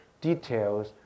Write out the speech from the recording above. details